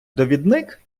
довідник